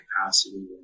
capacity